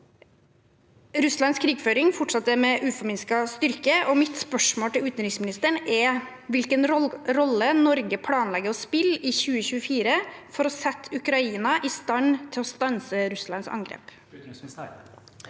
Russlands krigføring fortsetter med uforminsket styrke. Mitt spørsmål til utenriksministeren er hvilken rolle Norge planlegger å spille i 2024 for å sette Ukraina i stand til å stanse Russlands angrep.